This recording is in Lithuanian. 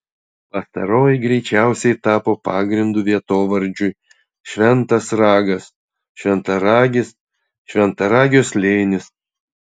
pastaroji greičiausiai tapo pagrindu vietovardžiui šventas ragas šventaragis šventaragio slėnis